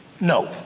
no